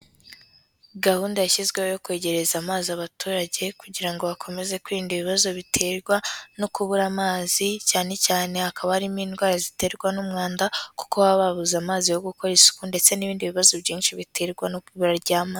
Gahunda yashyizweho yo kwegereza amazi abaturage kugira ngo bakomeze kwirinda ibibazo biterwa no kubura amazi, cyane cyane hakaba harimo indwara ziterwa n'umwanda, kuko baba babuze amazi yo gukora isuku ndetse n'ibindi bibazo byinshi biterwa no kubura ry'amazi.